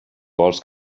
vols